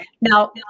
Now